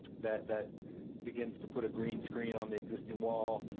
that that begins to put a green screen on the existing wall,